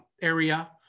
area